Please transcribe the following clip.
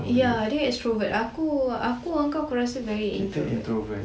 ya dia extrovert aku aku ngan kau aku rasa very introvert